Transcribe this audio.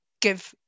give